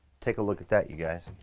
take a look at that you guys.